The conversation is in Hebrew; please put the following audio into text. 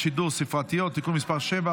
הרשות השנייה לטלוויזיה ורדיו (תיקון מס' 49),